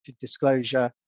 disclosure